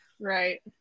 Right